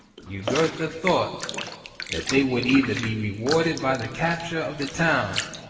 jugurtha thought that they would either be rewarded by the capture of the town,